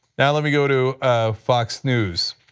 yeah let me go to fox news.